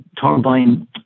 turbine